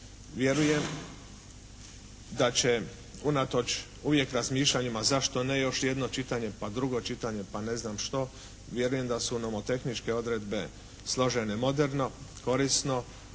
Vjerujem da će unatoč uvijek razmišljanjima zašto ne još jedno čitanje, pa drugo čitanje, pa ne znam što, vjerujem da su nomotehničke odredbe složene moderno, korisno,